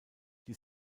die